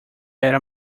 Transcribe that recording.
era